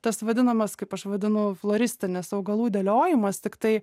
tas vadinamas kaip aš vadinu floristinis augalų dėliojimas tiktai